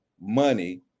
money